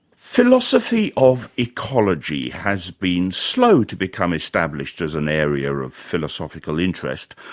philosophy of ecology has been slow to become established as an area of philosophical interest,